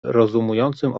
rozumującym